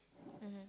mmhmm